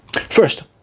First